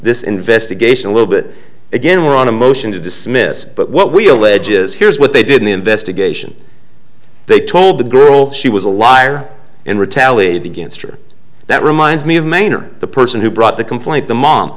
this investigation a little bit again we're on a motion to dismiss but what we allege is here is what they did in the investigation they told the girl she was a liar and retaliated against her that reminds me of maine or the person who brought the complaint the mom